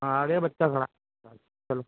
हाँ आगे बच्चा खड़ा हाँ चलो